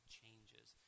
changes